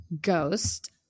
Ghost